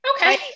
okay